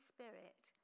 Spirit